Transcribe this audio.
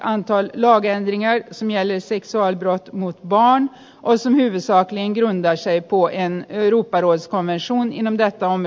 vi har vid det här laget blivit dsk med den beklagansvärde imf chefen eller numera före detta imf chefen i new york